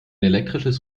elektrisches